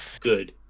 Good